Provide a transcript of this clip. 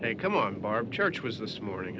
they come on barb church was this morning